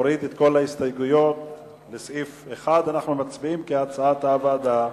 הוריד את כל ההסתייגויות לסעיף 1. אנחנו מצביעים כהצעת הוועדה.